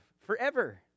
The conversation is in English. forever